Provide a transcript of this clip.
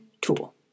tool